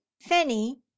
fanny